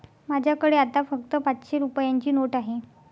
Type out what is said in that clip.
माझ्याकडे आता फक्त पाचशे रुपयांची नोट आहे